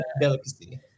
Delicacy